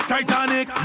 Titanic